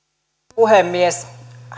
puhemies